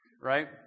right